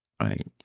right